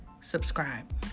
subscribe